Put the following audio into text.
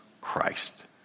Christ